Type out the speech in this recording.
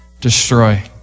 destroy